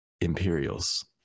Imperials